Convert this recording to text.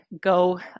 go